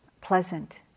pleasant